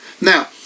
Now